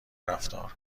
رفتار